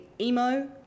emo